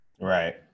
Right